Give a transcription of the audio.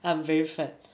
I'm very fat